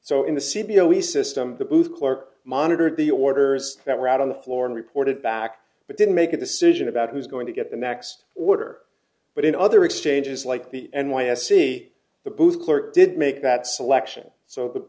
so in the c b l he system the booth clerk monitored the orders that were out on the floor and reported back but didn't make a decision about who's going to get the next order but in other exchanges like the n y s e the booth clerk did make that selection so th